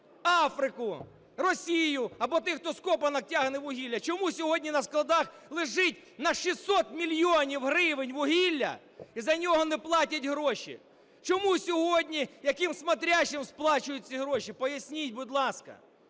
Африку, Росію або тих, хто з копанок тягне вугілля? Чому сьогодні на складах лежить на 600 мільйонів гривень вугілля і за нього не платять гроші? Чому сьогодні якимсь "смотрящим" сплачують ці гроші, поясніть, будь ласка.